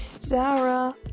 Zara